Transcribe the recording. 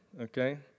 okay